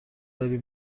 داری